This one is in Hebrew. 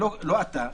לא אתה,